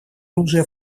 оружие